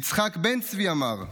יצחק בן צבי אמר: